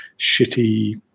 shitty